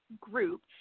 group